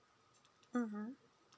mmhmm